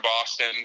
Boston